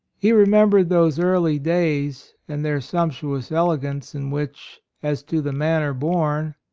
he remembered those early days and their sumptuous elegance, in which, as to the manner born,